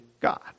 God